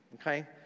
okay